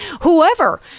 whoever